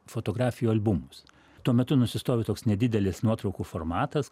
fotografijų albumus tuo metu nusistovi toks nedidelis nuotraukų formatas